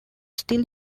still